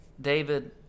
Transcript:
David